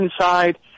inside